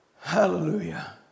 Hallelujah